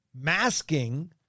masking